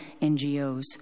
NGOs